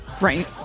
Right